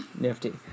Nifty